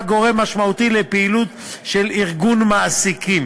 גורם משמעותי לפעילות של ארגון מעסיקים.